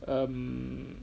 um